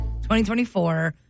2024